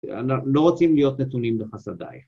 ‫אנחנו לא רוצים להיות נתונים בחסדיי.